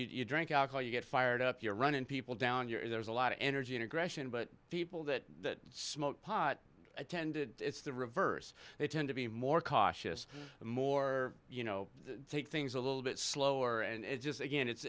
you drink alcohol you get fired up you're running people down you're there's a lot of energy and aggression but people that smoke pot attended it's the reverse they tend to be more cautious more you know take things a little bit slower and it just again it's